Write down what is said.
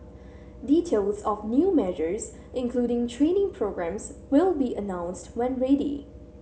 details of new measures including training programmes will be announced when ready